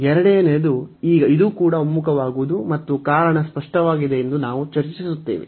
ಎರಡನೆಯದು ಈಗ ಇದು ಕೂಡ ಒಮ್ಮುಖವಾಗುವುದು ಮತ್ತು ಕಾರಣ ಸ್ಪಷ್ಟವಾಗಿದೆ ಎಂದು ನಾವು ಚರ್ಚಿಸುತ್ತೇವೆ